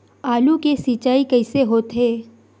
आलू के सिंचाई कइसे होथे?